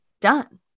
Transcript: done